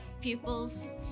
pupils